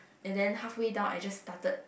and then halfway down I just started